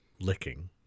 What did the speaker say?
licking